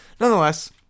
nonetheless